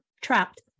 trapped